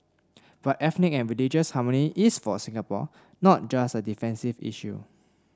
but ethnic and religious harmony is for Singapore not just a defensive issue